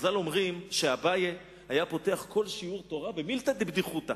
חז"ל אומרים שאביי היה פותח כל שיעור תורה במילתא דבדיחותא,